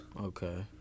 Okay